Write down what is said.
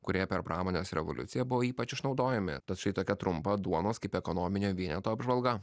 kurie per pramonės revoliuciją buvo ypač išnaudojami tad štai tokia trumpa duonos kaip ekonominio vieneto apžvalga